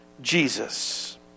Jesus